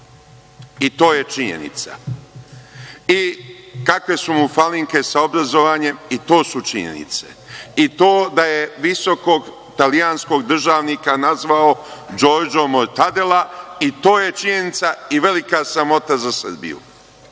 i to je činjenica. Kakve su mu falinke sa obrazovanjem i to su činjenice. I to da je visokog italijanskog državnika nazvao Džordžom Mortadela i to je činjenica i velika sramota za Srbiju. Drugo,